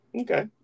Okay